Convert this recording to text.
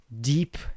deep